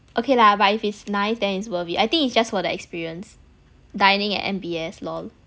okay lah but if it's nice then it's worth it I think it's just for the experience dining at M_B_S LOL